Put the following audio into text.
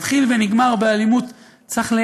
צריך להיות